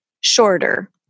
shorter